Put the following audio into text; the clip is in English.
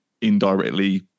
indirectly